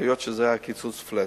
היות שזה היה קיצוץ flat.